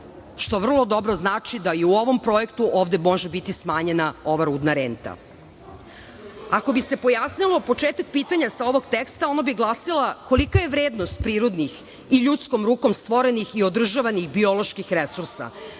što vrlo dobro znači da i u ovom projektu ovde može biti smanjena ova rudna renta. Ako bi se pojasnio početak pitanja sa ovog teksta, ono bi glasilo – kolika je vrednost prirodnih i ljudskom rukom stvorenih i održavanih bioloških resursa